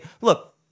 look